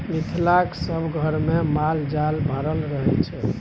मिथिलाक सभ घरमे माल जाल भरल रहय छै